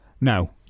Now